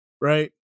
right